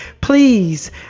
please